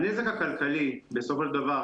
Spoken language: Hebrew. הנזק הכלכלי שנגרם לנו בסופו של דבר